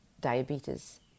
diabetes